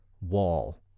wall